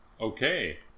Okay